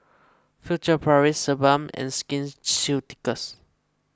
Furtere Paris Sebamed and Skin Ceuticals